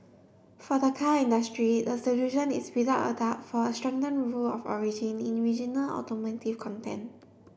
for the car industry the solution is without a doubt for a strengthened rule of origin in regional automotive content